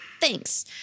Thanks